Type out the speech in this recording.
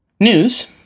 News